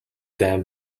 dame